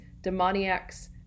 demoniacs